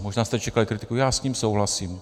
Možná jste čekali kritiku, já s ním souhlasím.